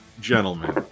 gentlemen